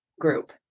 group